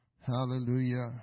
Hallelujah